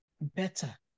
better